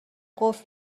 قفل